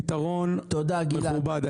פתרון מכובד.